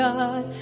God